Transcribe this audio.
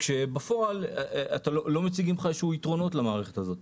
כשבפועל לא מציגים לך יתרונות למערכת הזאת.